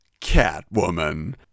Catwoman